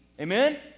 Amen